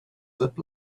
zip